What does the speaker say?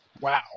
wow